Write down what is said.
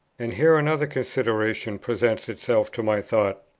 and here another consideration presents itself to my thoughts.